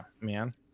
man